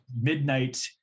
midnight